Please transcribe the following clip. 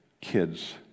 kids